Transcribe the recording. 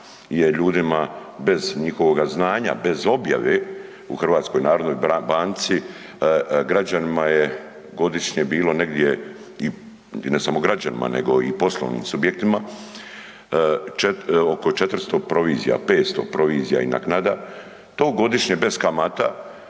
ljudima bez njihovoga znanja, bez objave u HNB-u građanima je godišnje bilo negdje i ne samo građanima nego i poslovnim subjektima oko 400, 500 provizija i naknada. To godišnje bez kamata